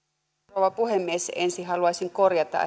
rouva puhemies ensin haluaisin korjata